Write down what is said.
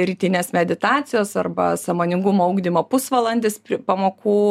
rytinės meditacijos arba sąmoningumo ugdymo pusvalandis pamokų